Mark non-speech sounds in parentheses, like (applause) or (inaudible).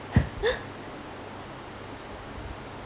(laughs)